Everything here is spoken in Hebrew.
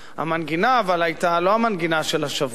המנגינה היתה לא המנגינה של השבוע,